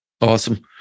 awesome